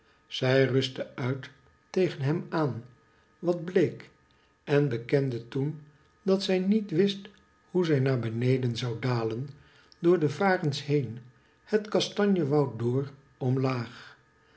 zij rustte uit tegen hem aan wat bleek en bekende toen dat zij niet wist hoe zij naar beneden zou dalen door de varens heen het kastanjewoud door omlaag